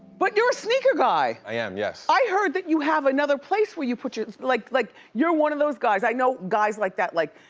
but you're a sneaker guy! i am, yes. i heard that you have another place where you put your, like, like, you're one of those guys. i know guys like that, like,